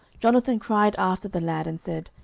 jonathan cried after the lad, and said,